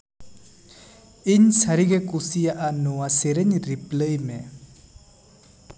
ᱤᱧ ᱥᱟᱹᱨᱤᱜᱮ ᱠᱩᱥᱤᱭᱟᱜᱼᱟ ᱱᱚᱣᱟ ᱥᱮᱨᱮᱧ ᱨᱤᱯᱞᱟᱭ ᱢᱮ